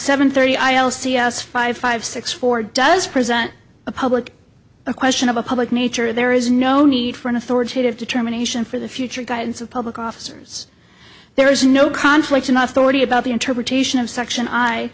seven thirty i l c s five five six four does present a public a question of a public nature there is no need for an authoritative determination for the future guidance of public officers there is no conflict enough already about the interpretation of section i